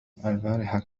البارحة